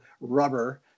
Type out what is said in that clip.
rubber